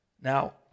Now